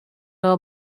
are